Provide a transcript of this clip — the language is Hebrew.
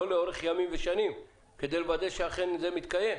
לא לאורך ימים ושנים כדי לוודא שאכן זה מתקיים.